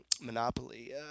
Monopoly